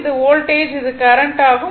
இது வோல்டேஜ் இது கரண்ட் ஆகும்